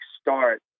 start